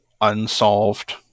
unsolved